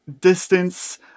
distance